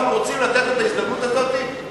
אנחנו רוצים לתת את ההזדמנות הזאת.